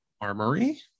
armory